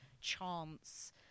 chance